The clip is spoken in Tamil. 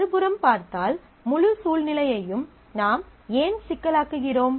மறுபுறம் பார்த்தால் முழு சூழ்நிலையையும் நாம் ஏன் சிக்கலாக்குகிறோம்